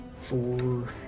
four